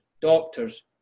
doctors